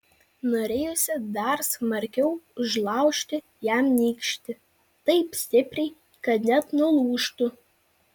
norėjosi dar smarkiau užlaužti jam nykštį taip stipriai kad net nulūžtų